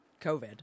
covid